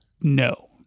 No